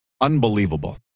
Unbelievable